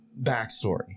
backstory